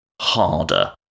harder